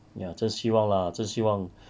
ya 真希望啦真希望